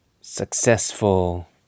successful